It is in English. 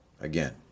Again